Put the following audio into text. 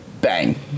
bang